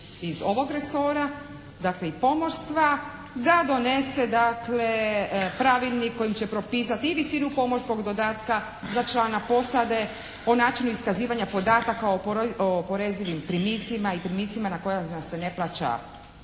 iz ovog resora, dakle i pomorstva da donese dakle pravilnik kojim će propisati i visinu pomorskog dodatka za člana posade po načinu iskazivanja podataka o oporezivim primicima i primicima na koja se ne plaća